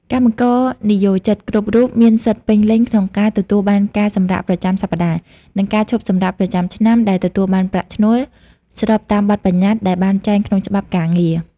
កម្មករនិយោជិតគ្រប់រូបមានសិទ្ធិពេញលេញក្នុងការទទួលបានការសម្រាកប្រចាំសប្តាហ៍ និងការឈប់សម្រាកប្រចាំឆ្នាំដែលទទួលបានប្រាក់ឈ្នួល ស្របតាមបទប្បញ្ញត្តិដែលបានចែងក្នុងច្បាប់ការងារ។